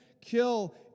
kill